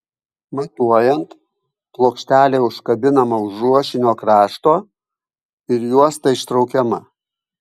matuojant plokštelė užkabinama už ruošinio krašto ir juosta ištraukiama